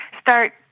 start